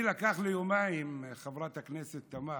אני, לקח לי יומיים, חברת הכנסת תמר,